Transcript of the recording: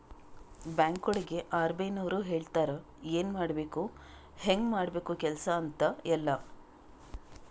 ಬ್ಯಾಂಕ್ಗೊಳಿಗ್ ಆರ್.ಬಿ.ಐ ನವ್ರು ಹೇಳ್ತಾರ ಎನ್ ಮಾಡ್ಬೇಕು ಹ್ಯಾಂಗ್ ಮಾಡ್ಬೇಕು ಕೆಲ್ಸಾ ಅಂತ್ ಎಲ್ಲಾ